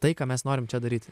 tai ką mes norime čia daryti